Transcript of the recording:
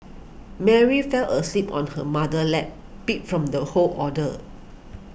Mary fell asleep on her mother's lap beat from the whole ordeal